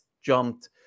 jumped